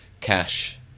cash